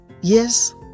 Yes